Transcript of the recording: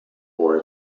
for